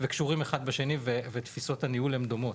קשורים אחד בשני ותפיסות הניהול הן דומות.